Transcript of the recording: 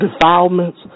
defilements